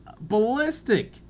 ballistic